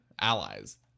allies